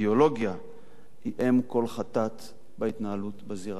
היא אם כל חטאת בהתנהלות בזירה המדינית.